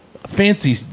Fancy